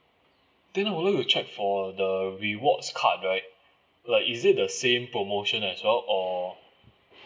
then I would like to check for the rewards card right like is it the same promotion as well or